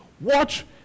Watch